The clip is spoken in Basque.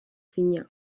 fina